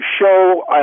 show